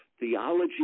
Theology